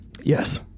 Yes